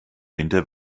winter